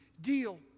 deal